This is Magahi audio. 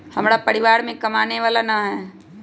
हमरा परिवार में कमाने वाला ना है?